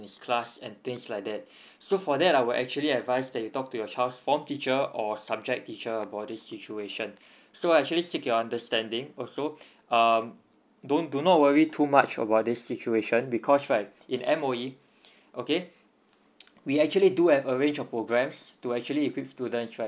his class and things like that so for that I will actually advise that you talk to your child's form teacher or subject teacher about this situation so actually seek your understanding also um don't do not worry too much about this situation because right in M_O_E okay we actually do have a range of programs to actually equips students right